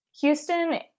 Houston